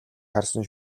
харсан